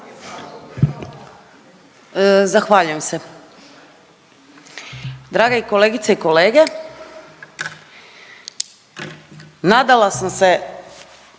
Zahvaljujem se. Drage kolegice i kolege, nadala sam se